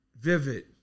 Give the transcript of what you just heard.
vivid